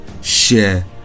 share